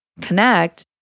connect